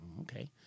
Okay